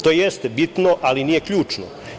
To jeste bitno, ali nije ključno.